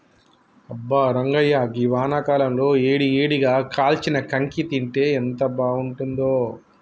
అబ్బా రంగాయ్య గీ వానాకాలంలో ఏడి ఏడిగా కాల్చిన కాంకి తింటే ఎంత బాగుంతుందో